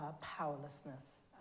powerlessness